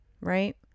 right